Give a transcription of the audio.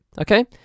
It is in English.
okay